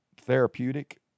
therapeutic